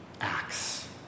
Acts